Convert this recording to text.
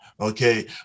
Okay